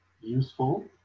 useful